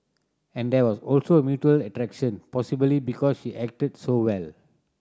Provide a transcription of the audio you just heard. and there was also mutual attraction possibly because she acted so well